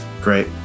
Great